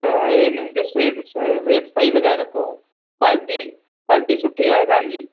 त इन्हनि जो सेट रेट सही लॻाए रखो पार्टी पार्टी सुठी आहे तव्हांजी